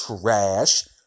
trash